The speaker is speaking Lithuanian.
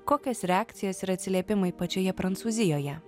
kokios reakcijos ir atsiliepimai pačioje prancūzijoje